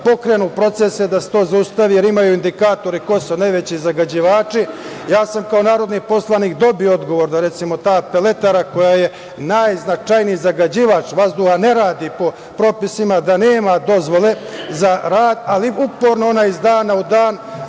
da pokrenu procese da se to zaustavi jer imaju indikatore koji su najveći zagađivači, ja sam kao narodni poslanik dobio odgovor da, recimo ta Peletara koja je najznačajniji zagađivač vazduha, ne radi po propisima, da nema dozvole za rad, ali uporno iz dana u dan